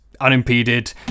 unimpeded